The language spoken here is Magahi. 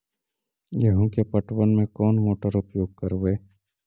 गेंहू के पटवन में कौन मोटर उपयोग करवय?